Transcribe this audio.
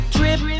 Drip